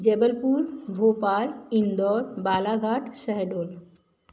Jabalpur Bhopal Indore Balaghat Shahdol